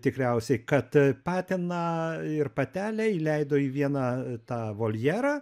tikriausiai kad patiną ir patelę įleido į vieną tą voljerą